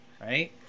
Right